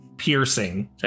Piercing